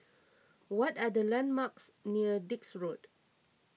what are the landmarks near Dix Road